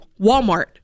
Walmart